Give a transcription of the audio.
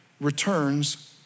returns